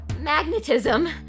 magnetism